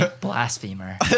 Blasphemer